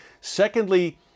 Secondly